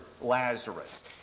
Lazarus